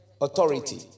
authority